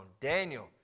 Daniel